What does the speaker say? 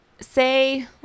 say